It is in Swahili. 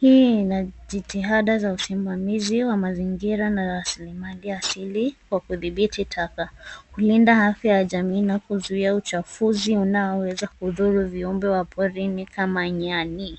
Hii ina jitihada za usimamizi wa mazingira na rasilimali asili wa kudhibiti taka, kulinda afya ya jamii na kuzuia uchafuzi unaoweza kudhuru viumbe wa porini kama nyani.